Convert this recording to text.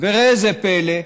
וראה זה פלא,